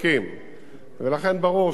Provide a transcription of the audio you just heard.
ולכן ברור שאם יהיה כביש,